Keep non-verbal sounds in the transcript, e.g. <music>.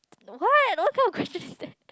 what <breath> what kind of question is that